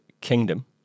Kingdom